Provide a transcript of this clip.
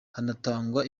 hanatangwa